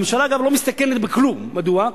הממשלה, אגב, לא מסתכנת בכלום, מדוע?